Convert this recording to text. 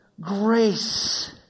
grace